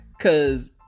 cause